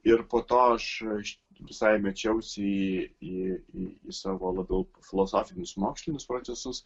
ir po to aš visai mečiausi į į į savo labiau filosofinius mokslinius procesus